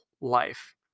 life